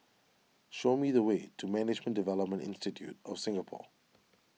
show me the way to Management Development Institute of Singapore